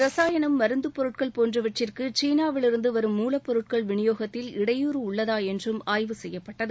ரசாயனம் மருந்துப்பொருட்கள் போன்றவற்றிற்கு சீனாவிலிருந்து வரும் மூலப்பொருட்கள் விநியோகத்தில் இடையூறு உள்ளதா என்றும் ஆய்வு செய்யப்பட்டது